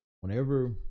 Whenever